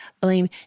blame